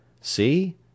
See